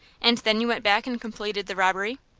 and then you went back and completed the robbery?